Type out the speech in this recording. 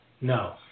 No